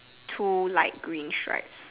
two light green stripes